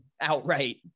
outright